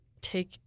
take